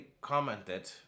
commented